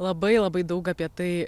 labai labai daug apie tai